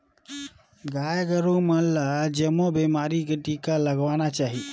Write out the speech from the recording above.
गाय गोरु मन ल जमो बेमारी के टिका लगवाना चाही